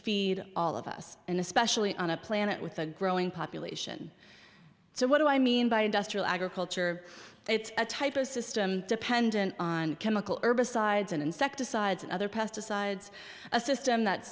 feed all of us and especially on a planet with a growing population so what do i mean by industrial agriculture it's a type of system dependent on chemical herbicides and insecticides and other pesticides a system that